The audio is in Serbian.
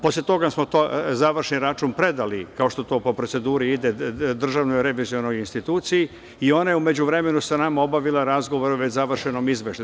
Posle toga smo završni račun predali, kao što to po proceduri ide, Državnoj revizorskoj instituciji i ona je u međuvremenu sa nama obavila razgovor o već završenom izveštaju.